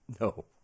No